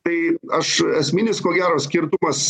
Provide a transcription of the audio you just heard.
tai aš esminis ko gero skirtumas